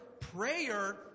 Prayer